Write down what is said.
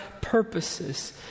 purposes